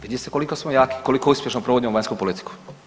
Vidi se koliko smo jaki, koliko uspješno provodimo vanjsku politiku.